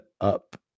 up